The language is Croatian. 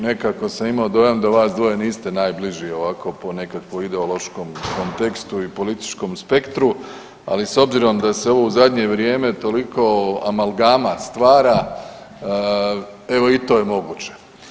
Nekako sam imao dojam da vas dvoje niste najbliži ovako po nekakvoj ideološkom kontekstu i političkom spektru, ali s obzirom da se ovo u zadnje vrijeme toliko amalgama stvara, evo i to je moguće.